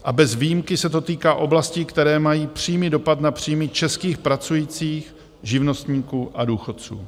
A bez výjimky se to týká oblastí, které mají přímý dopad na příjmy českých pracujících, živnostníků a důchodců.